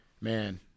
man